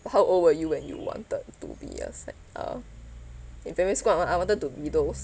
how old were you when you wanted to be a scientist in primary school I I wanted to be those